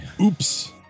Oops